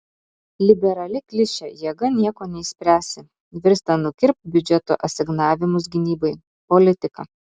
liberali klišė jėga nieko neišspręsi virsta nukirpk biudžeto asignavimus gynybai politika